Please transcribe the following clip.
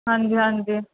ਹਾਂਜੀ ਹਾਂਜੀ